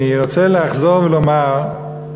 אני רוצה לחזור ולומר,